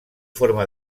forma